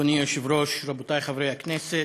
אדוני היושב-ראש, רבותי חברי הכנסת,